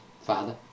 father